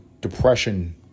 depression